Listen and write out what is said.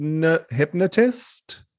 hypnotist